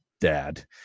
dad